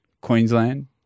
Queensland